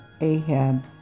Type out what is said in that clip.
Ahab